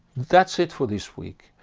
that's it for this week.